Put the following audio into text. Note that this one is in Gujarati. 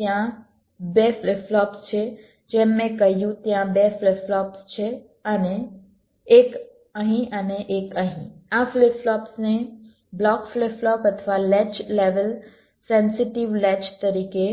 ત્યાં 2 ફ્લિપ ફ્લોપ્સ છે જેમ મેં કહ્યું ત્યાં બે ફ્લિપ ફ્લોપ્સ છે એક અહીં અને એક અહીં આ ફ્લિપ ફ્લોપ્સને બ્લોક ફ્લિપ ફ્લોપ અથવા લેચ લેવલ સેન્સિટિવ લેચ તરીકે